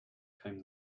came